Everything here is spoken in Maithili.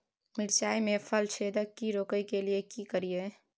मिर्चाय मे फल छेदक के रोकय के लिये की करियै?